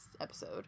episode